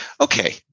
okay